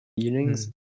feelings